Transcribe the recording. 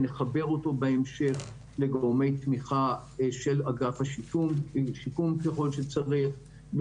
ונחבר אותו בהמשך לגורמי תמיכה של אגף השיקום ככל שצריך,